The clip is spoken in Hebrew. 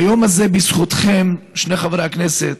והיום הזה בזכותכם, שני חברי הכנסת,